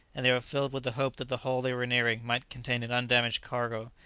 and they were filled with the hope that the hull they were nearing might contain an undamaged cargo,